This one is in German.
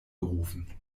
gerufen